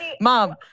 Mom